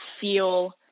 feel